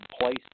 place